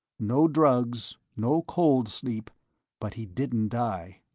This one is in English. no drugs, no cold-sleep but he didn't die.